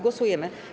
Głosujemy.